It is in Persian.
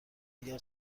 اگر